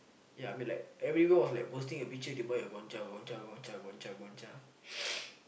ya I mean like everyone was like posting a picture they buy a Gongcha Gongcha Gongcha Gongcha Gongcha